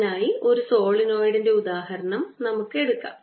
അതിനായി ഒരു സോളിനോയിഡിന്റെ ഉദാഹരണം നമുക്ക് എടുക്കാം